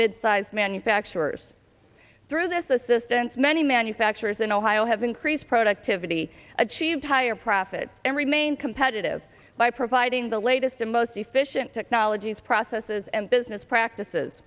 mid sized manufacturers through this assistance many manufacturers in ohio have increased productivity achieve higher profits and remain competitive by providing the latest and most efficient technologies processes and business practices